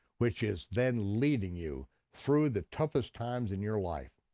which is then leading you through the toughest times in your life,